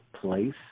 place